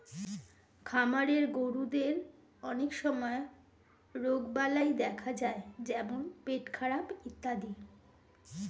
খামারের গরুদের অনেক সময় রোগবালাই দেখা যায় যেমন পেটখারাপ ইত্যাদি